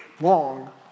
long